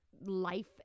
life